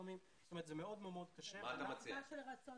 זה עניין של רצון